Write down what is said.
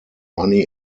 money